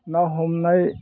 ना हमनाय